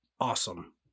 awesome